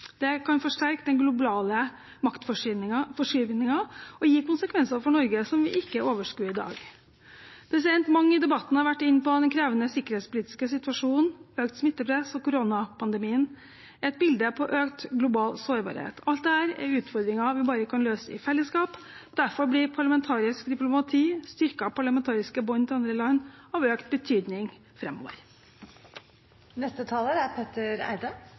Det kan forsterke den globale maktforskyvningen og gi konsekvenser for Norge som vi ikke overskuer i dag. Mange i debatten har vært inne på den krevende sikkerhetspolitiske situasjonen, økt smittepress og koronapandemien – et bilde på økt global sårbarhet. Alt dette er utfordringer vi bare kan løse i fellesskap. Derfor blir parlamentarisk diplomati og styrkede parlamentariske bånd til andre land av økt betydning framover. Takk til utenriksministeren for en fin redegjørelse. Jeg vil si at det er